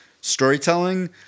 storytelling